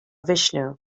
vishnu